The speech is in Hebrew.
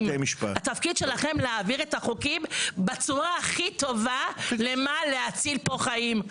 התפקיד שלכם להעביר חוקים בצורה הכי טובה כדי להציל פה חיים,